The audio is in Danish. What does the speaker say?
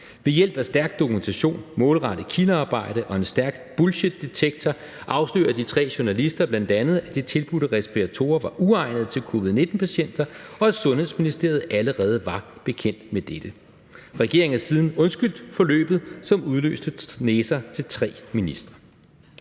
Ved hjælp af stærk dokumentation, målrettet kildearbejde og en stærk bullshit-detektor afslører de tre journalister bl.a., at de tilbudte respiratorer var uegnede til covid-19-patienter, og at sundhedsministeriet allerede var bekendt med dette ... Regeringen har siden undskyldt forløbet, som udløste næser til tre ministre